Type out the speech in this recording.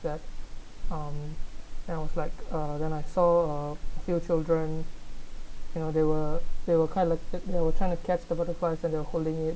that um I was like uh then I saw uh few children you know they were they were quite like there were trying to catch the butterflies and they holding it